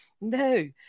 No